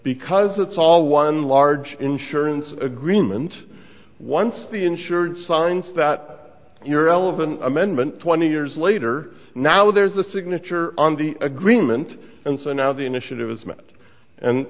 because it's all one large insurance agreement once the insured signs that your elegant amendment twenty years later now there's a signature on the agreement and so now the initiative is meant and